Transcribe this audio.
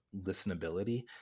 listenability